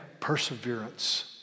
perseverance